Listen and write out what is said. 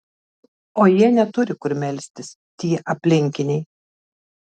o jie neturi kur melstis tie aplinkiniai